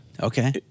Okay